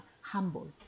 humble